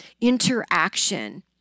interaction